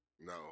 No